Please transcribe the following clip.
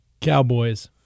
Cowboys